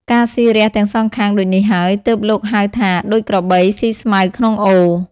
ការស៊ីរះទាំងសងខាងដូចនេះហើយ ទើបលោកហៅថា ដូចក្របីស៊ីស្មៅក្នុងអូរ ។